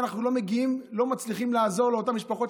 ואנחנו לא מצליחים לעזור לאותן משפחות,